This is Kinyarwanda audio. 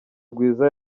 rwiza